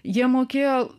jie mokėjo